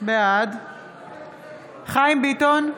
בעד חיים ביטון,